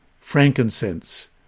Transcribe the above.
frankincense